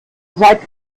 seit